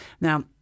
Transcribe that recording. Now